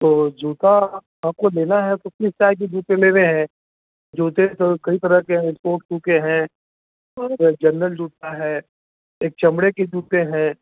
तो जूता आपको लेना है तो किस टाइप के जूते लेने हैं जूते तो कई तरह के हैं स्पोर्ट सू के हैं और जनरल जूता है एक चमड़े के जूते हैं